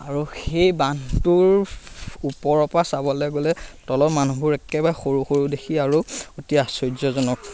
আৰু সেই বান্ধটোৰ ওপৰৰ পৰা চাবলৈ গ'লে তলৰ মানুহবোৰ একেবাৰে সৰু সৰু দেখি আৰু অতি আশ্চৰ্যজনক